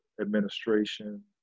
administration